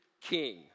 king